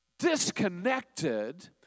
disconnected